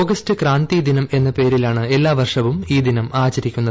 August ക്രാന്തിദിനം എന്ന പേരിലാണ് എല്ലാ വ്ർഷവും ഈ ദിനം ആചരിക്കുന്നത്